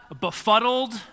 befuddled